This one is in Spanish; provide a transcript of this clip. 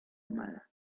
amada